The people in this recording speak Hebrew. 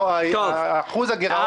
שיעור הגירעון